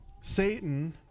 Satan